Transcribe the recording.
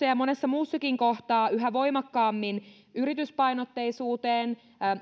ja ja monessa muussakin kohtaa yhä voimakkaammin yrityspainotteisuuteen